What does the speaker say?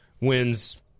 wins